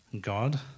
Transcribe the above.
God